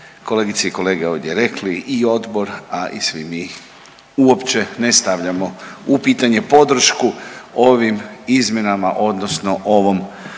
kolegice i kolege ovdje rekli i Odbor, a i svi mi uopće ne stavljamo u pitanje podršku ovim izmjenama odnosno ovom